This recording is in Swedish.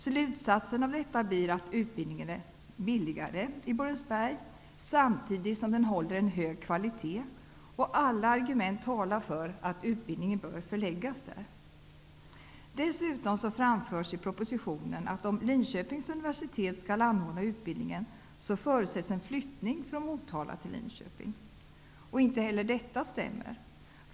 Slutsatsen av detta blir att utbildningen är billigare i Borensberg samtidigt som den håller en hög kvalitet. Alla argument talar för att utbildningen bör förläggas där. Dessutom framförs i propositionen att om Linköpings universitet skall anordna utbildningen, förutsätts en flyttning från Motala till Linköping. Inte heller detta stämmer.